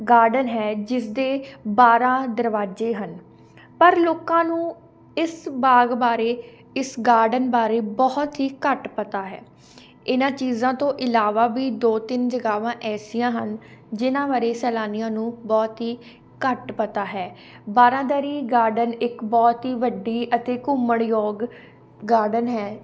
garden ਹੈ ਜਿਸਦੇ ਬਾਰਾਂ ਦਰਵਾਜ਼ੇ ਹਨ ਪਰ ਲੋਕਾਂ ਨੂੰ ਇਸ ਬਾਗ ਬਾਰੇ ਇਸ ਗਾਰਡਨ ਬਾਰੇ ਬਹੁਤ ਹੀ ਘੱਟ ਪਤਾ ਹੈ ਇਹਨਾਂ ਚੀਜ਼ਾਂ ਤੋਂ ਇਲਾਵਾ ਵੀ ਦੋ ਤਿੰਨ ਜਗ੍ਹਾ ਐਸੀਆਂ ਹਨ ਜਿਨ੍ਹਾਂ ਬਾਰੇ ਸੈਲਾਨੀਆਂ ਨੂੰ ਬਹੁਤ ਹੀ ਘੱਟ ਪਤਾ ਹੈ ਬਾਰਾਂਦਰੀ ਗਾਰਡਨ ਇੱਕ ਬਹੁਤ ਹੀ ਵੱਡੀ ਅਤੇ ਘੁੰਮਣਯੋਗ ਗਾਰਡਨ ਹੈ